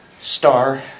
star